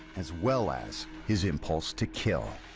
as well as his impulse to kill.